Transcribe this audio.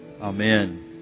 Amen